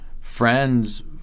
friends